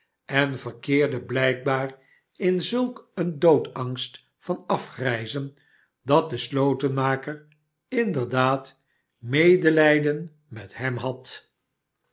en verkeerde blijkbaar in zulk een doodangst van afgrijzen dat de slotenmaker inderdaad medelijden met hem had